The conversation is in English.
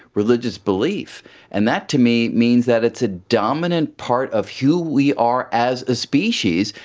religious belief and that to me means that it's a dominant part of who we are as a species,